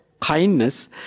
kindness